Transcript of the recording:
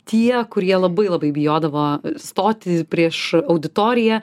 tie kurie labai labai bijodavo stoti prieš auditoriją